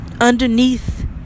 underneath